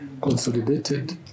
consolidated